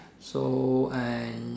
so and